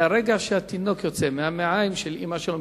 מהרגע שהתינוק יוצא מהמעיים של אמא שלו,